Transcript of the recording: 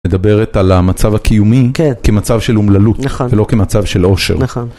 מדברת על המצב הקיומי כמצב של אומללות, ולא כמצב של עושר.